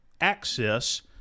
access